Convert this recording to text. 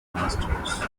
masters